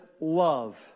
love